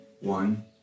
One